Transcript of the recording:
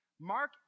Mark